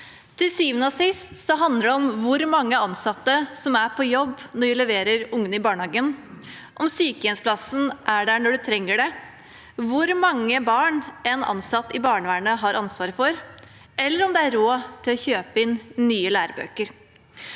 Til syvende og sist handler det om hvor mange ansatte som er på jobb når vi leverer ungene i barnehagen, om sykehjemsplassen er der når du trenger det, om hvor mange barn en ansatt i barnevernet har ansvaret for, eller om man har råd til å kjøpe inn nye lærebøker.